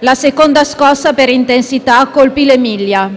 la seconda scossa per intensità colpì l'Emilia.